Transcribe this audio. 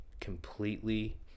completely